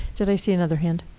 did i see another hand?